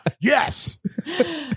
Yes